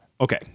okay